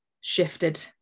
shifted